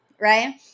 right